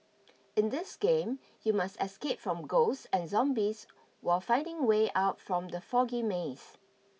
in this game you must escape from ghosts and zombies while finding way out from the foggy maze